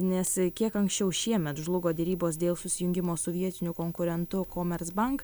nes kiek anksčiau šiemet žlugo derybos dėl susijungimo su vietiniu konkurentu komers bank